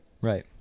Right